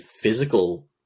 physical